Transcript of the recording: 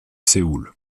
séoul